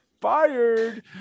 fired